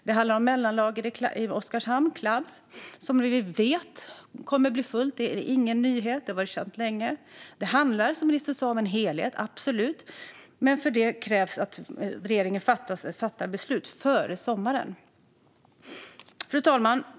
Det handlar om mellanlager i Oskarshamn, Clab, som vi vet kommer att bli fullt. Det är ingen nyhet, utan det har varit känt länge. Det handlar, som ministern sa, om en helhet, absolut! Men det krävs att regeringen fattar beslut före sommaren. Fru talman!